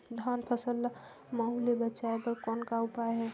धान फसल ल महू ले बचाय बर कौन का उपाय हे?